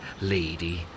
lady